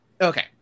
Okay